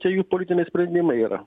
čia jų politiniai sprendimai yra